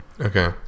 Okay